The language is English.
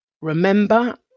remember